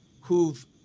who've